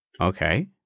Okay